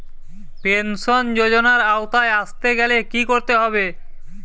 Pension যজোনার আওতায় আসতে গেলে কি করতে হবে?